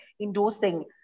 endorsing